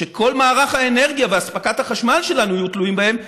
שכל מערך האנרגיה ואספקת החשמל שלנו יהיו תלויים בהן,